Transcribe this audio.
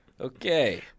Okay